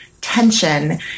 Tension